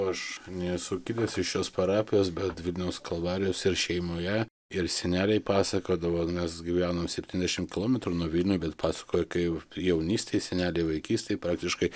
aš nesu kilęs iš šios parapijos bet vilniaus kalvarijos ir šeimoje ir seneliai pasakodavo nes gyveno septyniasdešimt kilometrų nuo vilnių bet pasakojo kai jaunystėj seneliai vaikystėj praktiškai